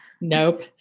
Nope